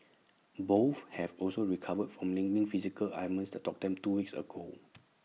both have also recovered from niggling physical ailments that dogged them two weeks ago